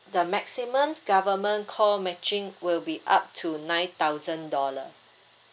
the maximum government call matching will be up to nine thousand dollar